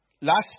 last